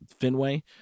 Fenway